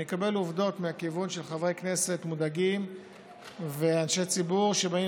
אני מקבל עובדות מהכיוון של חברי כנסת מודאגים ואנשי ציבור שבאים